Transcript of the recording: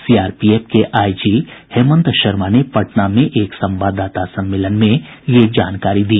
CRPF के IG Hemant Sharma ने पटना में एक संवाददाता सम्मेलन में यह जानकारी दी